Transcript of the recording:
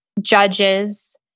judges